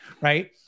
right